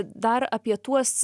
dar apie tuos